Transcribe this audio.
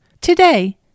Today